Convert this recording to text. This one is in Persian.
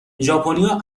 ژاپنیا